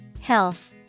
Health